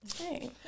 Okay